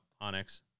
Onyx